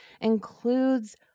includes